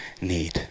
need